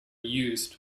used